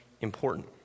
important